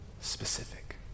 Specific